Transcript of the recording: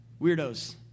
weirdos